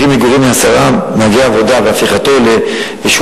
קרי מגורים של עשרה מהגרי עבודה והפיכתם לאיזה